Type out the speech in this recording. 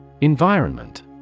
Environment